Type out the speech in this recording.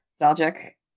nostalgic